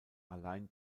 allein